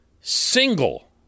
single